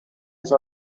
ist